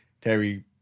Terry